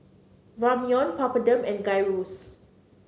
Ramyeon Papadum and Gyros